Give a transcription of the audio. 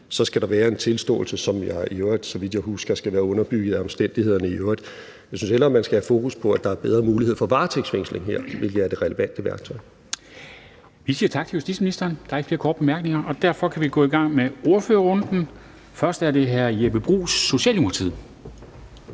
skal der være en tilståelse, som i øvrigt, så vidt jeg husker, skal være underbygget af omstændighederne. Jeg synes hellere, man skal have fokus på, at der er bedre mulighed for varetægtsfængsling her, hvilket er det relevante værktøj. Kl. 10:11 Formanden (Henrik Dam Kristensen): Vi siger tak til justitsministeren. Der er ikke flere korte bemærkninger, og derfor kan vi gå i gang med ordførerrunden. Først er det hr. Jeppe Bruus, Socialdemokratiet.